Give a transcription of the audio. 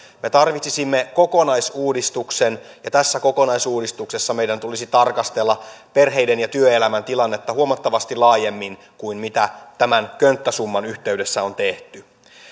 me tarvitsisimme kokonaisuudistuksen ja tässä kokonaisuudistuksessa meidän tulisi tarkastella perheiden ja työelämän tilannetta huomattavasti laajemmin kuin tämän könttäsumman yhteydessä on tehty